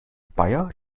bayer